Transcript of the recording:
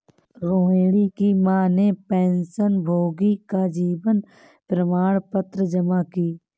रोहिणी की माँ ने पेंशनभोगी का जीवन प्रमाण पत्र जमा की